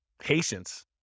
Patience